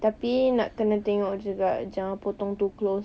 tapi nak kena tengok juga jangan potong too close